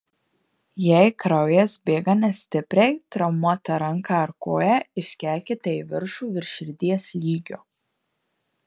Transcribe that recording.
jei kraujas bėga nestipriai traumuotą ranką ar koją iškelkite į viršų virš širdies lygio